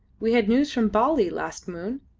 we had news from bali last moon,